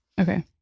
Okay